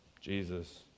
Jesus